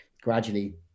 gradually